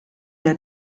der